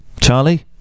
Charlie